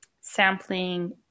sampling